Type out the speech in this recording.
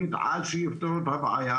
מוסיפים עוד שנאי ומוסיפים עוד שנאי,